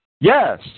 Yes